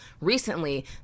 recently